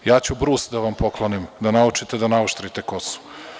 Ja ću brus da vam poklonim, da naučite da naoštrite kosu.